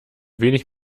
wenig